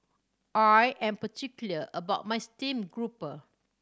I am particular about my steamed grouper